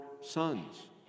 sons